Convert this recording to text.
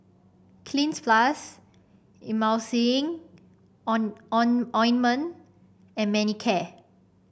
Cleanz Plus Emulsying Ointment and Manicare